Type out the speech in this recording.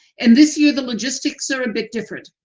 and this year the logistics are a bit different.